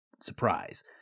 surprise